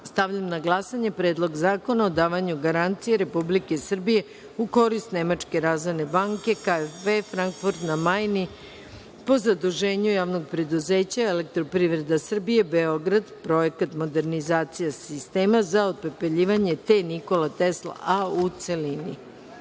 stavljam na glasanje Predlog zakona o davanju garancije Republike Srbije u korist Nemačke razvojne banke KfW, Frankfurt na Majni, po zaduženju Javnog preduzeća „Elektroprivreda Srbije“, Beograd (Projekat „Modernizacija sistema za otpepeljivanje TE Nikola Tesla A“),